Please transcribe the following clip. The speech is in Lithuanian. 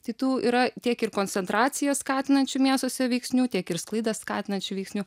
tai tų yra tiek ir koncentraciją skatinančių miestuose veiksnių tiek ir sklaidą skatinančių veiksnių